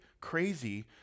crazy